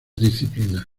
disciplinas